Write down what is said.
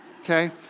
Okay